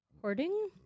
Hoarding